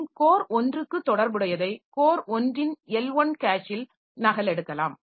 மற்றும் கோர் 1 க்கு தொடர்புடையதை கோர் 1 ன் L1 கேஷில் நகலெடுக்கலாம்